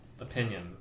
opinion